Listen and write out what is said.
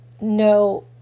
no